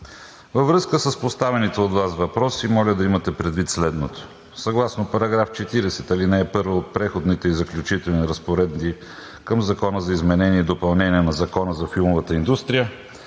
във връзка с поставените от Вас въпроси, моля да имате предвид следното: съгласно § 40, ал. 1 от Преходните и заключителните разпоредби към Закона за изменение и допълнение на Закона за филмовата индустрия